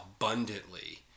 abundantly